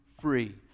free